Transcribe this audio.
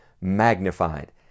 magnified